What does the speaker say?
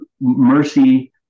mercy